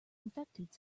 infected